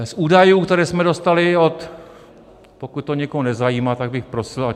Z údajů, které jsme dostali od pokud to někoho nezajímá, tak bych prosil...